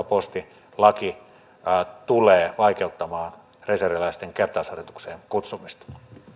postilaki tulee vaikeuttamaan reserviläisten kertausharjoitukseen kutsumista